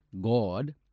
God